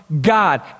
God